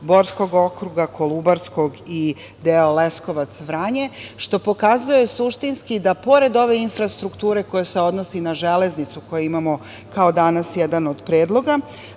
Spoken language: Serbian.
Borskog okruga, Kolubarskog i deo Leskovac-Vranje, što pokazuje suštinski da pored ove infrastrukture koja se odnosi na železnicu, koju imamo kao danas jedan od Predloga